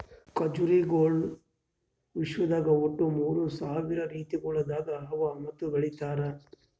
ಖಜುರಿಗೊಳ್ ವಿಶ್ವದಾಗ್ ಒಟ್ಟು ಮೂರ್ ಸಾವಿರ ರೀತಿಗೊಳ್ದಾಗ್ ಅವಾ ಮತ್ತ ಬೆಳಿತಾರ್